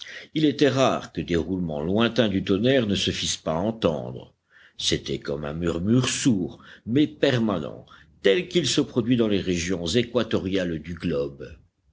il était rare que des roulements lointains du tonnerre ne se fissent pas entendre c'était comme un murmure sourd mais permanent tel qu'il se produit dans les régions équatoriales du globe